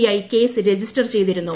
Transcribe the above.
I case register ചെയ്തിരുന്നു